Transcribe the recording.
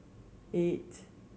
eight